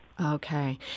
Okay